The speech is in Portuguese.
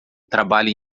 trabalha